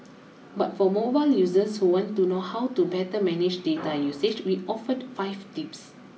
but for mobile users who want to know how to better manage data usage we offered five tips